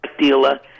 dealer